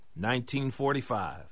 1945